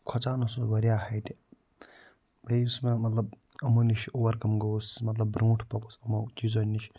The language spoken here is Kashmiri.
کھۄژان اوسُس بہٕ واریاہ ہایٹہِ بیٚیہِ یُس مےٚ مطلب یِمو نِش اوٚوَر کَم گوس مَطلَب برٛونٛٹھ پوٚکُس یِمو چیٖزو نِش